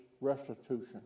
restitution